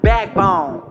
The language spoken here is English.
Backbone